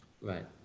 Right